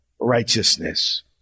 righteousness